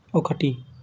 ఒకటి